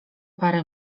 parę